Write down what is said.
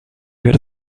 werde